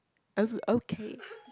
oh okay